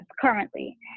currently